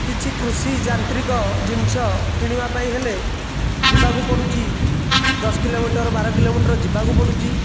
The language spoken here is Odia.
କିଛି କୃଷି ଯାନ୍ତ୍ରିକ ଜିନିଷ କିଣିବା ପାଇଁ ହେଲେ ଯିବାକୁ ପଡୁଛି ଦଶ କିଲୋମିଟର ବାର କିଲୋମିଟର ଯିବାକୁ ପଡୁଛି